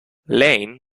lane